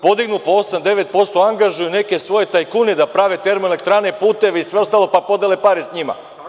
Podignu po 8%, 9%, angažuju neke svoje tajkune da prave termoelektrane, puteve i sve ostalo, pa podele pare sa njima.